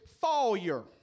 failure